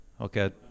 okay